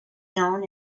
known